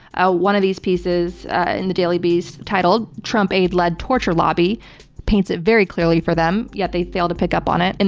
ah one of these pieces in the daily beast, titled trump aide led torture lobby paints it very clearly for them, yet they failed to pick up on it.